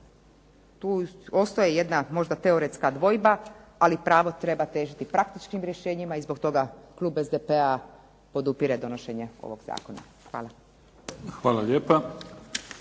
tu ostaje jedna možda teoretska dvojba ali pravo treba težiti praktičkim rješenjima i zbog toga klub SDP-a podupire donošenje ovog zakona. Hvala. **Mimica,